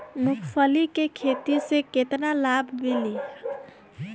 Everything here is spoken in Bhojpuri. मूँगफली के खेती से केतना लाभ मिली?